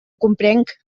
comprenc